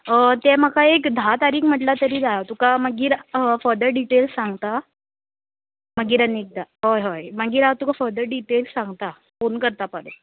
तें म्हाका एक धा तारीख म्हटल्यार तरी जाय तुका मागीर फदर डिटेल्स सांगता मागीर आनी एकदां हय हय मागीर हांव तुका फर्दर डिटेल्स सांगतां फोन करता परत